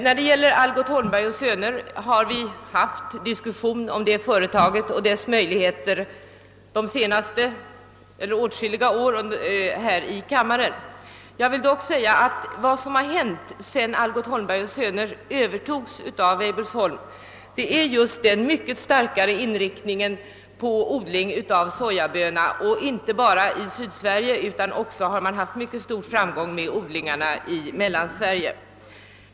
När det gäller Algot Holmberg och Söner AB har vi diskuterat detta företag och dess möjligheter under åtskilliga år i denna kammare. Sedan företaget övertogs av Weibullsholm har en än starkare inriktning skett på att förbättra kvaliteten på sojabönor och jag vill tillägga att det gäller inte bara för odlingarna i Sydsverige; man har även haft stor framgång med odling i Mellansverige.